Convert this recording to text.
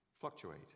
fluctuate